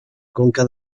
conca